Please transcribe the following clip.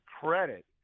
credit